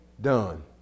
done